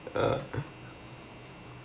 uh